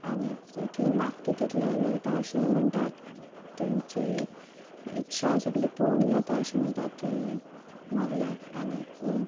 आनीक थंय मागता तितलेंय मेळटा अशेंय म्हणटात तुमची इच्छा सगळीं पुर्ण जाता अशें म्हणटात थंय मागल्यार आनीक